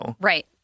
right